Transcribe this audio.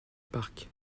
park